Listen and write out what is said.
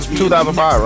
2005